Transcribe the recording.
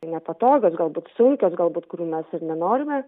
tai nepatogios galbūt sunkios galbūt kurių mes ir nenorime